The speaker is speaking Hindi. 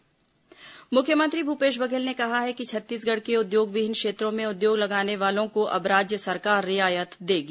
मुख्यमंत्री उद्योग मुख्यमंत्री भूपेश बघेल ने कहा है कि छत्तीसगढ़ के उद्योगविहीन क्षेत्रों में उद्योग लगाने वालों को अब राज्य सरकार रियायत देगी